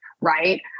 right